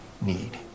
need